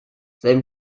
sein